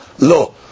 no